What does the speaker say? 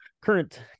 current